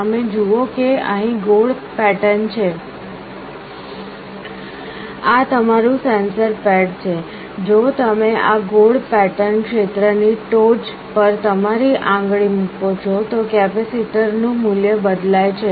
તમે જુઓ કે અહીં ગોળ પેટર્ન છે આ તમારું સેન્સર પેડ છે જો તમે આ ગોળ પેટર્ન ક્ષેત્ર ની ટોચ પર તમારી આંગળી મૂકો છો તો કેપેસિટરનું મૂલ્ય બદલાય છે